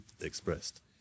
expressed